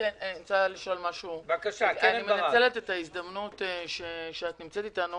אני מנצלת את ההזדמנות שאת נמצאת אתנו